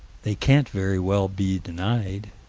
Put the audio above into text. they can't very well be denied.